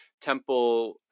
temple